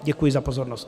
Děkuji za pozornost.